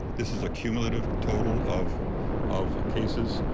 this is a cumulative total of of cases.